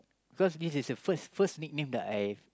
cause this is the first first nickname that I